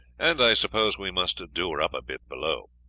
and i suppose we must do her up a bit below.